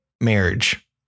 marriage